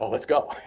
let's go.